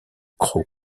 crau